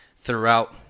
throughout